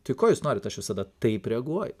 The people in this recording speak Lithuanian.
tai ko jūs norit aš visada taip reaguoju